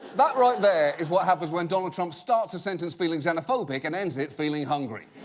that right there, is what happens when donald trump starts a sentence feeling xenophobic and ends it feeling hungry.